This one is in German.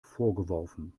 vorgeworfen